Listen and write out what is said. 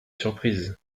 surprise